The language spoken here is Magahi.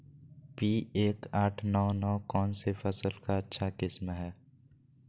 पी एक आठ नौ नौ कौन सी फसल का अच्छा किस्म हैं?